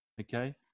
Okay